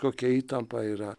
kokia įtampa yra